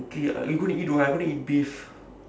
okay uh you gonna eat what I wanna eat beef